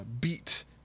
beat